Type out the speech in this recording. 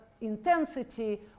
intensity